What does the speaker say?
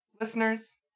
listeners